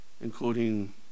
including